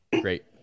great